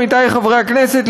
עמיתי חברי הכנסת,